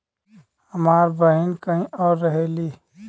हमार बहिन कहीं और रहेली